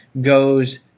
goes